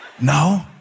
No